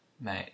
Mate